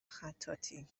خطاطی